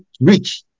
reach